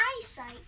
eyesight